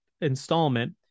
installment